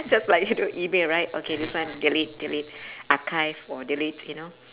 just like you know email right okay this one delete delete archive or delete you know